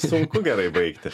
sunku gerai baigti